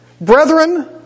Brethren